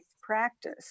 practice